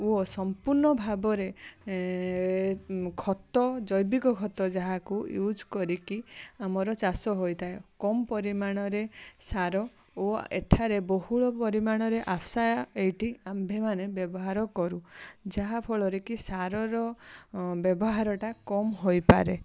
ଓ ସମ୍ପୂର୍ଣ୍ଣ ଭାବରେ ଖତ ଜୈବିକ ଖତ ଯାହାକୁ ୟୁଜ୍ କରିକି ଆମର ଚାଷ ହୋଇଥାଏ କମ୍ ପରିମାଣରେ ସାର ଓ ଏଠାରେ ବହୁଳ ପରିମାଣରେ ଆଶା ଏଇଟି ଆମ୍ଭେମାନେ ବ୍ୟବହାର କରୁ ଯାହାଫଳରେ କି ସାରର ବ୍ୟବହାରଟା କମ୍ ହୋଇପାରେ